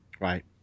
Right